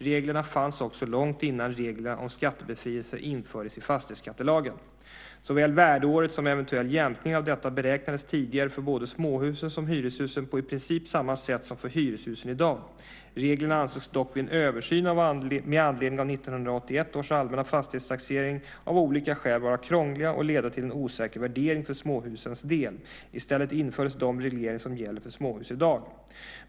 Reglerna fanns också långt innan reglerna om skattebefrielse infördes i fastighetsskattelagen. Såväl värdeåret som eventuell jämkning av detta beräknades tidigare för både småhusen och hyreshusen på i princip samma sätt som för hyreshusen i dag. Reglerna ansågs dock vid en översyn med anledning av 1981 års allmänna fastighetstaxering av olika skäl vara krångliga och leda till en osäker värdering för småhusens del. I stället infördes de regler som gäller för småhus i dag.